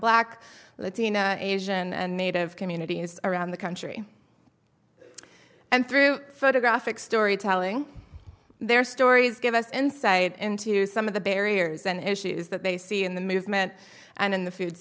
black latino asian and native communities around the country and through photographic story telling their stories give us insight into some of the barriers and issues that they see in the movement and in the food